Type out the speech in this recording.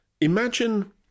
imagine